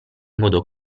modo